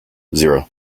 zero